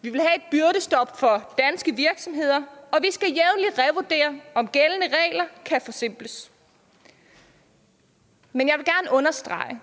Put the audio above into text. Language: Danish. Vi vil have et byrdestop for danske virksomheder, og vi skal jævnlig revurdere, om gældende regler kan forsimples. Men jeg vil gerne understrege, at